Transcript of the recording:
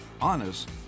honest